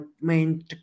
main